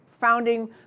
founding